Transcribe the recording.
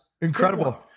Incredible